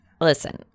Listen